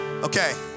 Okay